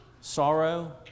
sorrow